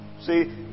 see